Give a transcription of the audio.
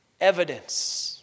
Evidence